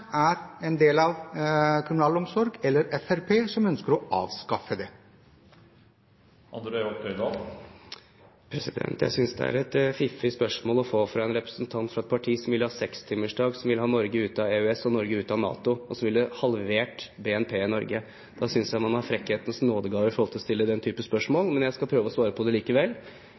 som ønsker å avskaffe den? Jeg synes det er et fiffig spørsmål å få fra en representant fra et parti som vil ha sekstimersdag, som vil ha Norge ut av EØS og Norge ut av NATO, en politikk som ville halvert BNP i Norge. Da synes jeg man har frekkhetens nådegave med tanke på å stille den typen spørsmål, men jeg skal prøve å svare på det likevel.